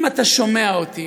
אם אתה שומע אותי,